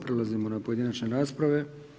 Prelazimo na pojedinačne rasprave.